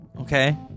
okay